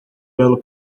belo